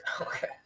Okay